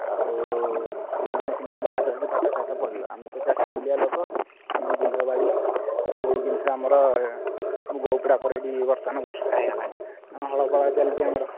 ଆଉ ତମେମାନେ ସିନା ବାହାରେ ରହିକି ପାଠଶାଠ ପଢ଼ିଲ ଆମେ ତ ଚାଷି ମୁଲିଆ ଲୋକ ଆମେ ଏ ବିଲବାଡ଼ି ସବୁ ଏଇ ଜିନିଷ ଆମର ମୁଗ ଓପଡ଼ା ପରେ ଏଠି ବର୍ତ୍ତମାନ ବର୍ଷା ହୋଇଗଲା ଆମ ହଳ ପଳା ଚାଲିଛି ଆମର